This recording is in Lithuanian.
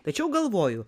tačiau galvoju